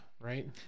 right